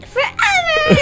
Forever